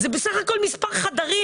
זה בסך הכול לדלג מספר חדרים,